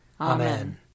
Amen